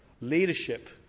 leadership